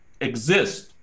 exist